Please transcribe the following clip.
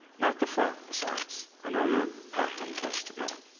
not the front, the sides. i know you're packed in close together.